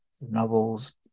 Novels